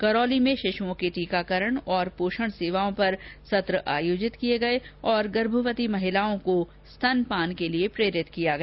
करौली में शिश्रओं के टीकाकरण और पोषण सेवाओं पर सत्र आयोजित किये गये और गर्भवती महिलाओं को स्तनपान के लिए प्रेरित किया गया